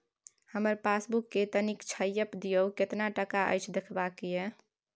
हमर पासबुक के तनिक छाय्प दियो, केतना टका अछि देखबाक ये?